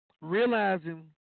realizing